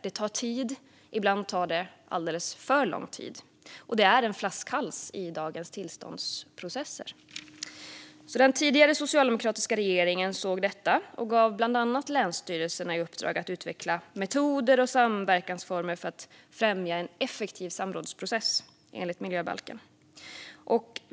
Det tar tid - ibland tar det alldeles för lång tid. Detta är en flaskhals i dagens tillståndsprocesser. Den tidigare socialdemokratiska regeringen såg detta och gav bland annat länsstyrelserna i uppdrag att utveckla metoder och samverkansformer för att främja en effektiv samrådsprocess enligt miljöbalken.